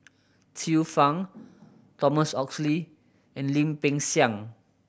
Xiu Fang Thomas Oxley and Lim Peng Siang